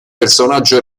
personaggio